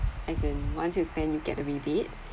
as in once you spend you get rebates